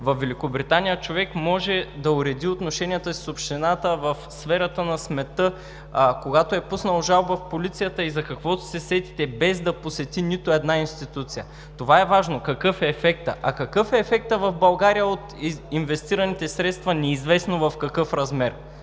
Във Великобритания човек може да уреди отношенията си с общината в сферата на сметта, а когато е пуснал жалба в полицията и за каквото се сетите, без да посети нито една институция. Това е важно: какъв е ефектът. А какъв е ефектът в България от инвестираните средства, неизвестно в какъв размер?!